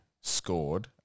scored